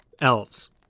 elves